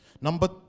Number